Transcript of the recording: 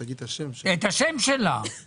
מבקש את התשובה הזאת